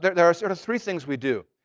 there there are sort of three things we do.